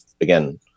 again